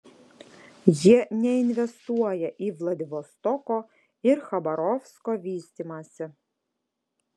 jie neinvestuoja į vladivostoko ir chabarovsko vystymąsi